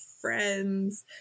friends